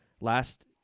last